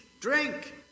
drink